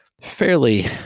fairly